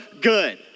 good